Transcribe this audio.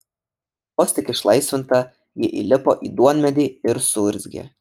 vos tik išlaisvinta ji įlipo į duonmedį ir suurzgė